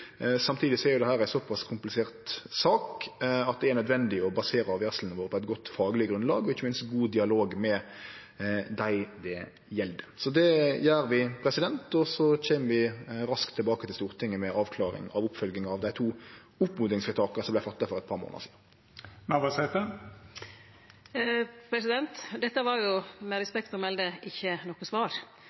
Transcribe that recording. Samtidig er dette ei såpass komplisert sak at det er nødvendig å basere avgjerslene våre på eit godt fagleg grunnlag og ikkje minst god dialog med dei det gjeld. Det gjer vi, og så kjem vi raskt tilbake til Stortinget med avklaring av oppfølginga av dei to oppmodingsvedtaka som vart gjorde for eit par månader sidan. Dette var, med respekt å melde, ikkje noko svar.